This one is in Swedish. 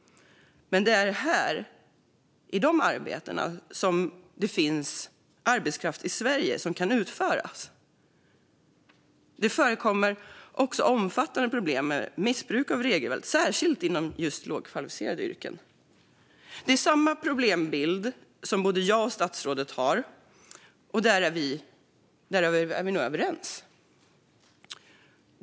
Men det är här det finns arbetskraft i Sverige som kan utföra arbetet. Det förekommer också omfattande problem med missbruk av regelverket, särskilt inom lågkvalificerade yrken. Både jag och statsrådet ser samma problembild, och vi är överens.